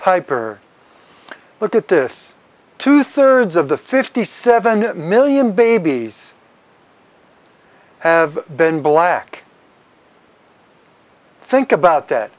piper look at this two thirds of the fifty seven million babies have been black think about that